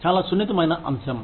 చాలా సున్నితమైన అంశం